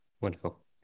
Wonderful